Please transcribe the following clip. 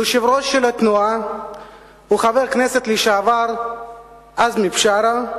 יושב-ראש התנועה הוא חבר הכנסת לשעבר עזמי בשארה,